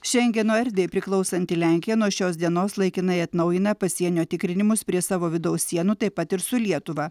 šengeno erdvei priklausanti lenkija nuo šios dienos laikinai atnaujina pasienio tikrinimus prie savo vidaus sienų taip pat ir su lietuva